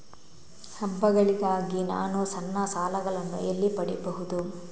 ಹಬ್ಬಗಳಿಗಾಗಿ ನಾನು ಸಣ್ಣ ಸಾಲಗಳನ್ನು ಎಲ್ಲಿ ಪಡಿಬಹುದು?